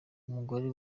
umugore